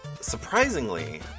surprisingly